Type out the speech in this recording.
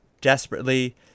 desperately